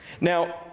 Now